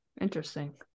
Interesting